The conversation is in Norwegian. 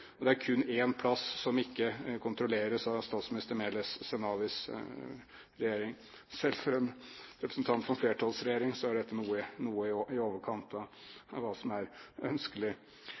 og det er kun én plass som ikke kontrolleres av statsminister Meles Zenawis regjering. Selv for en representant for en flertallsregjering er dette noe i overkant av hva som er ønskelig!